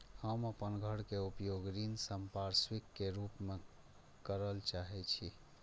हम अपन घर के उपयोग ऋण संपार्श्विक के रूप में करल चाहि छी